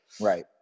Right